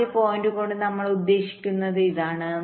ആദ്യ പോയിന്റ് കൊണ്ട് നമ്മൾ ഉദ്ദേശിക്കുന്നത് ഇതാണ്